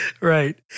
Right